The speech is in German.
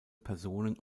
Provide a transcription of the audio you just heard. personen